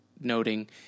noting